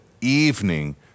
evening